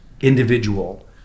individual